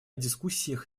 дискуссиях